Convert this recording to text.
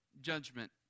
judgment